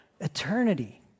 eternity